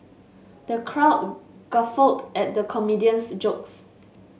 the crowd guffawed at the comedian's jokes